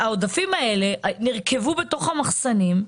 העודפים האלה נרקבו במחסנים,